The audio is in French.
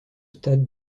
stade